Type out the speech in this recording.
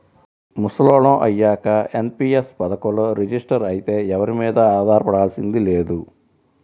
ముసలోళ్ళం అయ్యాక ఎన్.పి.యస్ పథకంలో రిజిస్టర్ అయితే ఎవరి మీదా ఆధారపడాల్సింది లేదు